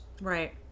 Right